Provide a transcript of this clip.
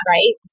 Right